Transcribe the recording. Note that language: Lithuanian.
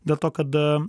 dėl to kad